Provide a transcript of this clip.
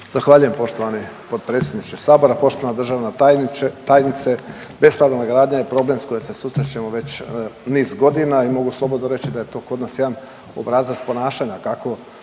Zahvaljujem poštovani potpredsjedniče Sabora, poštovana državna tajnice. Bespravna gradnja je problem s kojim se susrećemo već niz godina i mogu slobodno reći da je to kod nas jedan obrazac ponašanja kako